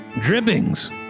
drippings